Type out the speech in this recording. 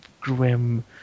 grim